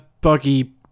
buggy